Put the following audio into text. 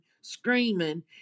screaming